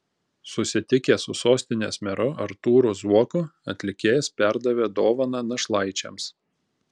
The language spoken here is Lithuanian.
susitikęs su sostinės meru artūru zuoku atlikėjas perdavė dovaną našlaičiams